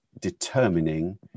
determining